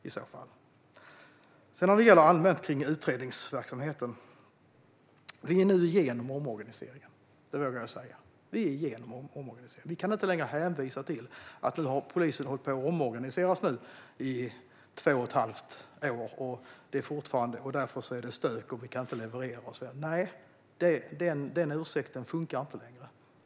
Låt mig säga något allmänt om utredningsverksamheten. Vi är nu igenom omorganiseringen. Det vågar jag säga. Vi kan inte längre hänvisa till att polisen har hållit på att omorganiseras i två och ett halvt år, att det därför är stökigt och att det inte går att leverera. Nej, den ursäkten funkar inte längre.